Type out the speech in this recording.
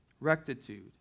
rectitude